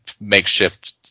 makeshift